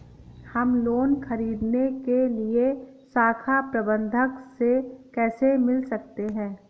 हम लोन ख़रीदने के लिए शाखा प्रबंधक से कैसे मिल सकते हैं?